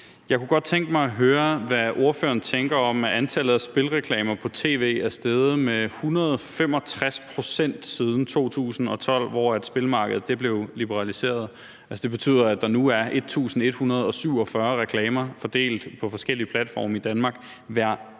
Jeg kunne godt tænke mig at høre, hvad ordføreren tænker om, at antallet af spilreklamer på tv er steget med 165 pct. siden 2012, hvor spilmarkedet blev liberaliseret. Det betyder, at der nu er 1.147 reklamer fordelt på forskellige platforme i Danmark hver